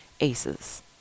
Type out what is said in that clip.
ACEs